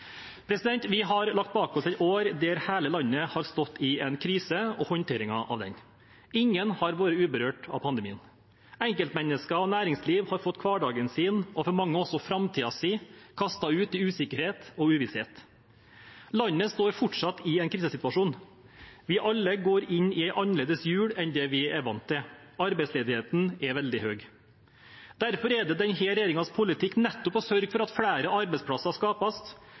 Vi har lagt bak oss et år der hele landet har stått i en krise og håndteringen av den. Ingen har vært uberørt av pandemien. Enkeltmennesker og næringsliv har fått hverdagen sin, og for mange også framtiden sin, kastet ut i usikkerhet og uvisshet. Landet står fortsatt i en krisesituasjon. Vi alle går inn i en annerledes jul enn det vi er vant til. Arbeidsledigheten er veldig høy. Derfor er det denne regjeringens politikk nettopp å sørge for at flere arbeidsplasser skapes